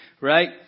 right